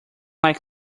like